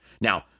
Now